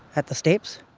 at the steps.